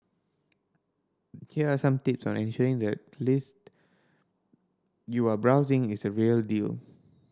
here are some tips on ensuring that list you are browsing is a real deal